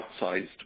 outsized